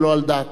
ולא על דעתה,